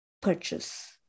purchase